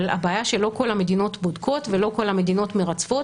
אבל הבעיה שלא כל המדינות בודקות ולא כל המדינות מרצפות,